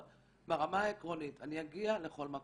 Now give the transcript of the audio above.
אבל ברמה העקרונית אני אגיע לכל מקום.